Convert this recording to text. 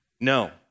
no